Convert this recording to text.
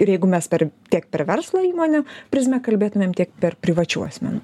ir jeigu mes per tiek per verslo įmonę prizmę kalbėtumėm tiek per privačių asmenų